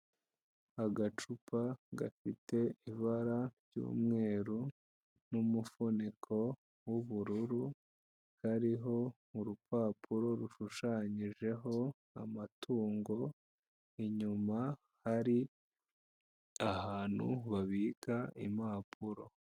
Agacupa gafite ibara ry'umweru n'umufuniko w'ubururu, kariho urupapuro rushushanyijeho amatungo, inyuma hari ahantu babika impapuro.